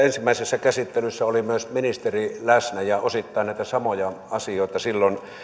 ensimmäisessä käsittelyssä oli myös ministeri läsnä ja osittain näitä samoja asioita silloin